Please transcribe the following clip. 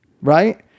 Right